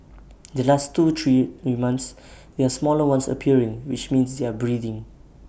the last two three in months there are smaller ones appearing which means they are breeding